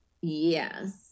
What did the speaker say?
Yes